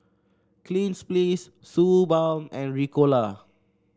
Cleanz Please Suu Balm and Ricola